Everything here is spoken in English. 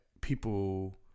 people